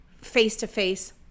face-to-face